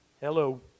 Hello